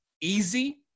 easy